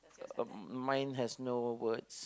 uh mine has no words